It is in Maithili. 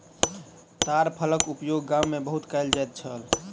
ताड़ फलक उपयोग गाम में बहुत कयल जाइत छल